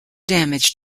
damage